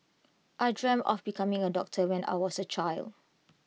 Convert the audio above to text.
I dreamt of becoming A doctor when I was A child